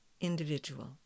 individual